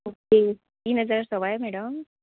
okay तीन हजार सवाय मॅडम